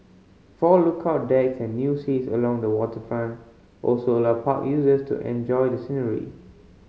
four lookout decks and new seats along the waterfront also allow park users to enjoy the scenery